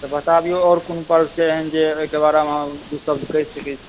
तऽ बताबिऔ आओर कोन पर्व छै एहन जे ओहिके बारेमे अहाँ दू शब्द कहि सकै छिए